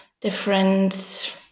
different